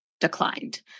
declined